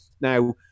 Now